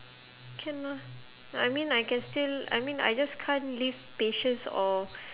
can lah I mean I can still I mean I just can't lift patients or